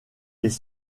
les